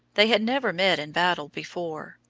they had never met in battle before.